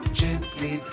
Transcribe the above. gently